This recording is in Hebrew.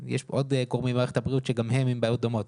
יש כאן עוד גורמים ממערכת הבריאות שגם הם עם בעיות דומות.